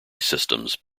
systems